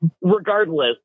regardless